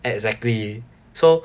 exactly so